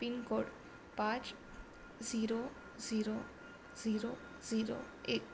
pin code પાંચ zero zero zero zero એક